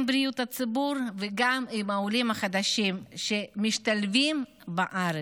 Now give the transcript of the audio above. בריאות הציבור וגם עם העולים החדשים שמשתלבים בארץ,